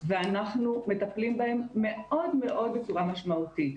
ואנחנו מטפלים בהם מאוד מאוד בצורה משמעותית.